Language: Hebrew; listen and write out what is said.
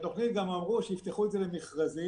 אבל בתוכנית אמרו שיפתחו את זה למכרזים